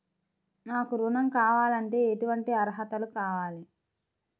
నాకు ఋణం కావాలంటే ఏటువంటి అర్హతలు కావాలి?